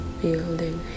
building